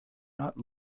not